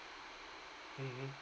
mmhmm